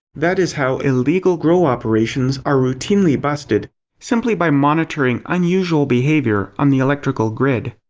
that is how illegal grow operations are routinely busted simply by monitoring unusual behavior on the electrical grid.